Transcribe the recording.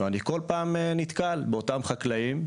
ואני כל פעם נתקל באותם חקלאים,